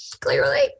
clearly